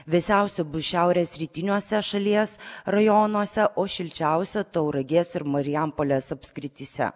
vėsiausia bus šiaurės rytiniuose šalies rajonuose o šilčiausia tauragės ir marijampolės apskrityse